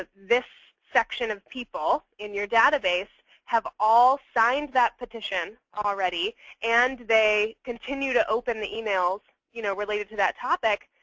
this section of people in your database have all signed that petition already and they continue to open the emails you know related to that topic,